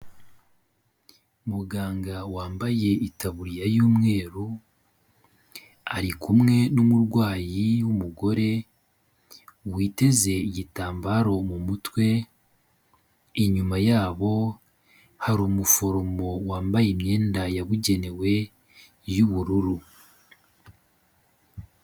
Muganga wambaye itaburiya y'umweru, ari kumwe n'umurwayi w'umugore, witeze igitambaro mu mutwe, inyuma yabo hari umuforomo wambaye imyenda yabugenewe y'ubururu.